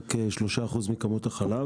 רק 3% מכמות החלב,